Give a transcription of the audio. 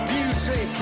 Beauty